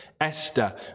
Esther